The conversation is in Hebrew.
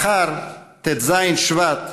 מחר, ט"ז בשבט,